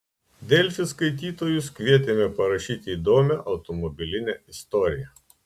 delfi skaitytojus kvietėme parašyti įdomią automobilinę istoriją